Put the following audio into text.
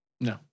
no